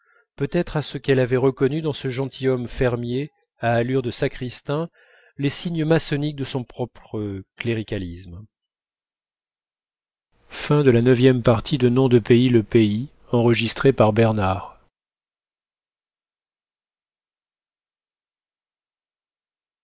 peut-être à ce qu'elle avait reconnu dans ce gentilhomme fermier à allure de sacristain les signes maçonniques de son propre cléricalisme